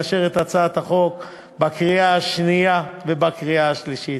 לאשר את הצעת החוק בקריאה השנייה ובקריאה השלישית.